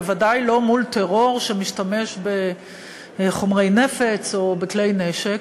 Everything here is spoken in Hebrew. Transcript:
בוודאי לא מול טרור שמשתמש בחומרי נפץ או בכלי נשק,